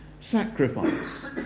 sacrifice